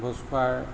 ভোজ খোৱাৰ